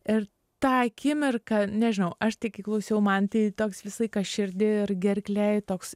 ir tą akimirką nežinau aš tai kai klausiau man tai toks visą laiką širdy ir gerklėj toks